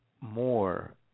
more